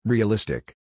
Realistic